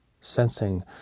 sensing